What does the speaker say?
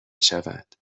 شود